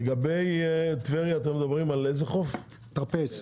לגבי טבריה, אתם מדברים על חוף טרפז.